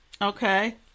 Okay